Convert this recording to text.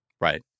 Right